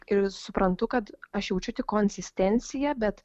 ir suprantu kad aš jaučiu tik konsistenciją bet